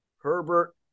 Herbert